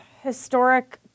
historic